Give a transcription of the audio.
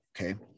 Okay